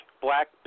Black